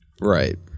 Right